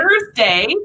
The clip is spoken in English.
Thursday